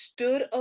stood